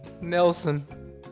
Nelson